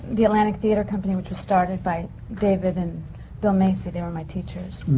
the atlantic theatre company, which was started by david and bill macy. they were my teachers.